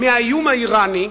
האיום האירני,